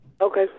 Okay